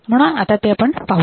म्हणून आता ते आपण पाहूया